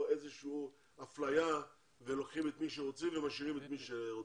איזושהי אפליה ולוקחים את מי שרוצים ומשאירים את מי שרוצים.